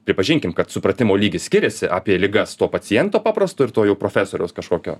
pripažinkim kad supratimo lygis skiriasi apie ligas to paciento paprasto ir to jau profesoriaus kažkokio